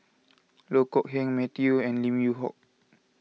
Loh Kok Heng Matthew and Lim Yew Hock